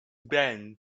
bend